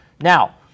Now